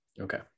Okay